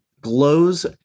glows